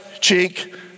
cheek